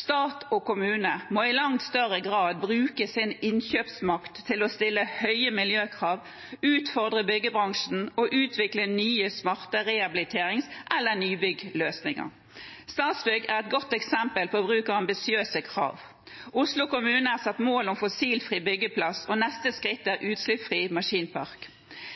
Stat og kommune må i langt større grad bruke sin innkjøpsmakt til å stille høye miljøkrav, utfordre byggebransjen og utvikle nye smarte rehabiliterings- eller nybyggløsninger. Statsbygg er et godt eksempel på bruk av ambisiøse krav. Oslo kommune har satt seg et mål om fossilfrie byggeplasser, og neste skritt er utslippsfri maskinpark.